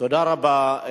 תודה רבה.